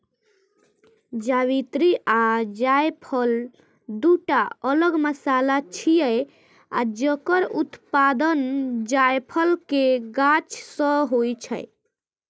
जावित्री आ जायफल, दूटा अलग मसाला छियै, जकर उत्पादन जायफल के गाछ सं होइ छै